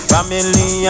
Family